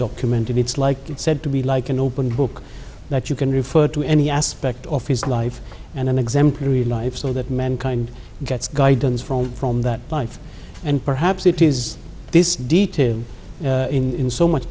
documented it's like it said to be like an open book that you can refer to any aspect of his life and an exemplary life so that mankind gets guidance from from that life and perhaps it is this detail in so much